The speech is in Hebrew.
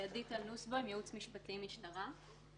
עדי טל נוסבוים, ייעוץ משפטי, משטרה.